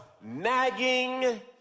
nagging